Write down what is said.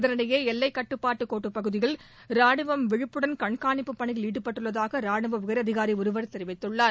இதனிடையே எல்லைக் கட்டுப்பாட்டு கோட்டுப் பகுதியில் ரானுவம் விழிப்புடன் கண்காணிப்பு பணியில் ஈடுபட்டுள்ளதாக ராணுவ உயர் அதிகாரி ஒருவர் தெரிவித்துள்ளார்